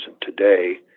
today